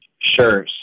Sure